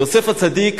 יוסף הצדיק,